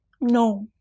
No